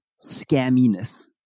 scamminess